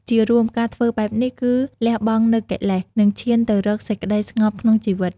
ជារួម ការធ្វើបែបនេះគឺលះបង់នូវកិលេស និងឈានទៅរកសេចក្តីស្ងប់ក្នុងជីវិត។